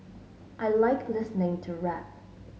I like listening to rap